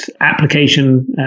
application